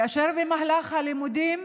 שכן במהלך הלימודים